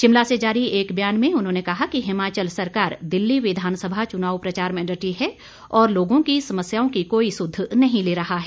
शिमला से जारी एक बयान में उन्होंने कहा कि हिमाचल सरकार दिल्ली विधानसभा चुनाव प्रचार में डटी है और लोगों की समस्याओं की कोई सुध नहीं ले रहा है